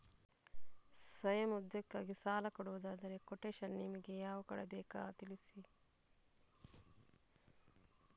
ಸ್ವಯಂ ಉದ್ಯೋಗಕ್ಕಾಗಿ ಸಾಲ ಕೊಡುವುದಾದರೆ ಕೊಟೇಶನ್ ನಿಮಗೆ ನಾವು ಕೊಡಬೇಕಾ ತಿಳಿಸಿ?